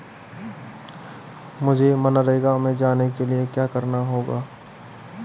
मुझे मनरेगा में जाने के लिए क्या करना होगा?